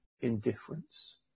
indifference